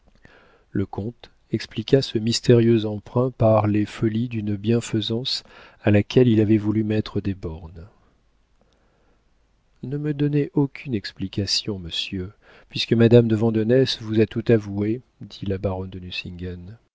le comte expliqua ce mystérieux emprunt par les folies d'une bienfaisance à laquelle il avait voulu mettre des bornes ne me donnez aucune explication monsieur puisque madame de vandenesse vous a tout avoué dit la baronne de